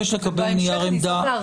ובהמשך אני אשמח להרחיב.